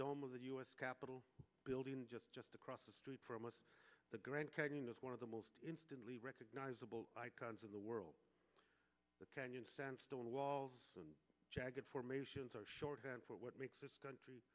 dome of the u s capitol building just just across the street from us the grand canyon is one of the most instantly recognizable icons of the world the canyon sandstone walls and jagged formations are shorthand for what makes this country